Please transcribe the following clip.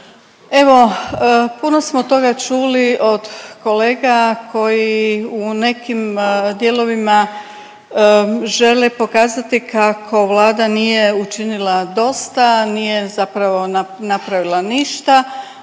Evo puno smo toga čuli od kolega koji u nekim dijelovima žele pokazati kako Vlada nije učinila dosta, nije zapravo napravila ništa,